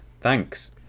Thanks